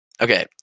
Okay